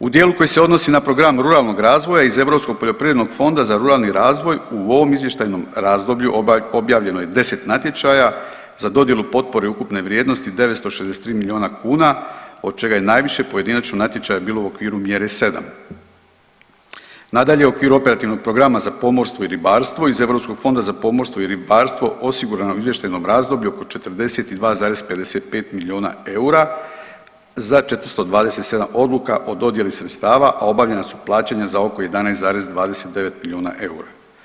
U dijelu koji se odnosi na program ruralnog razvoja iz Europskog poljoprivrednog fonda za ruralni razvoj u ovom izvještajnom razdoblju objavljeno 10 natječaja za dodjelu potpore ukupne vrijednosti 963 miliona kuna od čega je najviše pojedinačno natječaja bilo u okviru mjere 7. Nadalje, u okviru operativnog programa za pomorstvo i ribarstvo iz Europskog fonda za pomorstvo i ribarstvo osigurano u izvještajnom razdoblju oko 42,55 miliona eura za 427 odluka o dodjeli sredstava, a obavljena su plaćanja za oko 11,29 miliona eura.